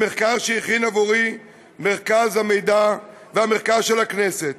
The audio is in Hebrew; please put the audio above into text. ממחקר שהכין עבורי מרכז המחקר והמידע של הכנסת